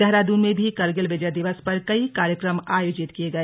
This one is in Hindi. देहरादून में भी करगिल विजय दिवस पर कई कार्यक्रम आयोजित किये गए